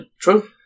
True